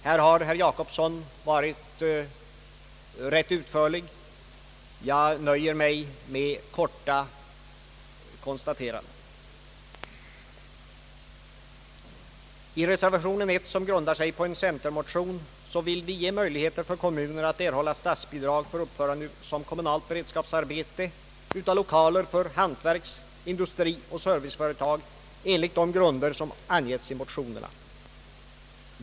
Här har herr Jacobsson varit rätt utförlig. Jag nöjer mig med korta konstateranden. I reservationen vid punkten 1, som grundar sig på en centermotion, vill vi ge möjligheter för kommuner att erhålla statsbidrag för att som kommunalt beredskapsarbete uppföra lokaler för hantverks-, industrioch serviceföretag enligt de grunder som angetts i motionerna.